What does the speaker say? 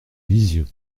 lisieux